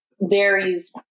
varies